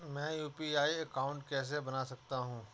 मैं UPI account कैसे बना सकता हूं?